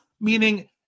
meaning